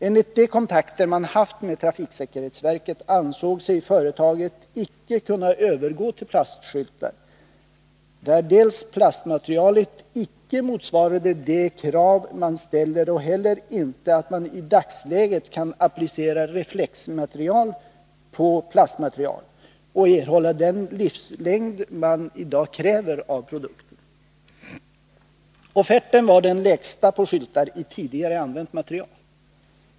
Enligt de kontakter företaget haft med trafiksäkerhetsverket ansåg man sig icke kunna övergå till plastskyltar, på grund av att plastmaterialet icke motsvarade de krav som ställs och att man i dagsläget inte kan applicera reflexmaterial på plastmaterial och erhålla den livslängd på produkten som i dag krävs. Offerten var den lägsta på skyltar i tidigare använt material.